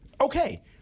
Okay